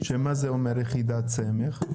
שזה מה זה אומר יחידת סמך?